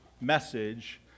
message